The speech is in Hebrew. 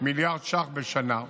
מיליארד ש"ח בשנה,